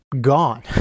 gone